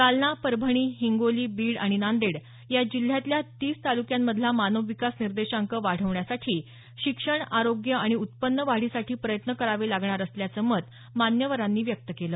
जालना परभणी हिंगोली बीड आणि नांदेड या जिल्ह्यातल्या तीस तालुक्यांमधला मानव विकास निर्देशांक वाढवण्यासाठी शिक्षण आरोग्य आणि उत्पन्न वाढीसाठी प्रयत्न करावे लागणार असल्याचं मत मान्यवरांनी व्यक्त केलं